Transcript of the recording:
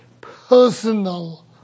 personal